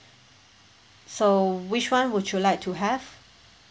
so which [one] would you like to have